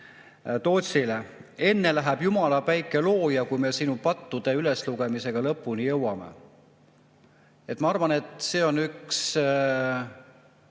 Tootsile, et enne läheb jumala päike looja, kui tema pattude üleslugemisega lõpuni jõutakse. Ma arvan, et see on üks